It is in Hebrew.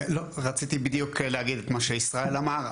לא, רציתי להגיד בדיוק את מה שישראל אמר.